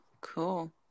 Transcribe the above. cool